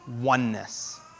oneness